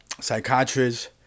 psychiatrists